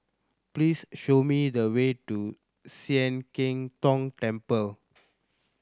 please show me the way to Sian Keng Tong Temple